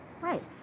Right